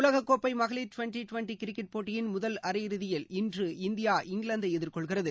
உலகக்கோப்பை மகளிர் twenty twenty cricket போட்டியின் முதல் அரை இறுதியில் இன்று இந்தியா இங்கிலாந்தை எதிர்கொள்கிறது